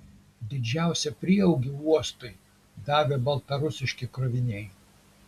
didžiausią prieaugį uostui davė baltarusiški kroviniai